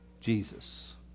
Jesus